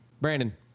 Brandon